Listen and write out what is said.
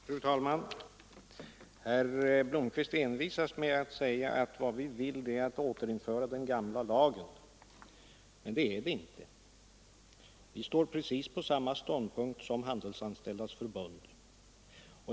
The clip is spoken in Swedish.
Fru talman! Herr Blomkvist envisas med att säga att vi vill återinföra den gamla lagen. Men det vill vi inte. Vi står på precis samma ståndpunkt som Handelsanställdas förbund.